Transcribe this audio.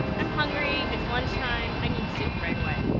i'm hungry. it's lunch time i need soup right away.